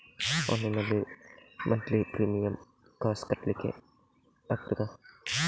Online ನಲ್ಲಿ monthly premier ಕಾಸ್ ಕಟ್ಲಿಕ್ಕೆ ಆಗ್ತದಾ?